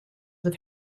with